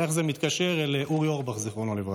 ואיך זה מתקשר אל אורי אורבך ז"ל.